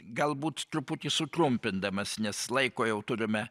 galbūt truputį sutrumpindamas nes laiko jau turime